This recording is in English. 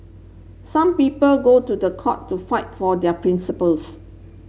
some people go to the court to fight for their principles